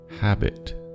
Habit